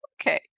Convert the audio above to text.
Okay